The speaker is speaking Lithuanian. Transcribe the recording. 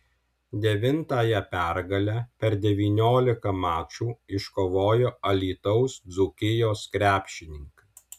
devintąją pergalę per devyniolika mačų iškovojo alytaus dzūkijos krepšininkai